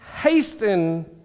hasten